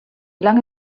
lange